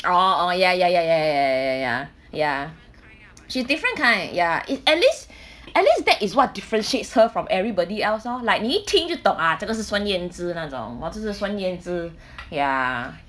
oh oh ya ya ya ya ya ya she's different kind ya is at least at least that is what differentiates her from everybody else lor like 你一听就懂 ah 这个是孙燕姿那种 oh 这是孙燕姿 ya